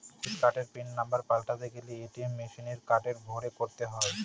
debit কার্ডের pin number পাল্টাতে গেলে এ.টি.এম মেশিনে কার্ড ভোরে করতে হয়